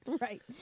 Right